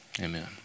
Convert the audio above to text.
amen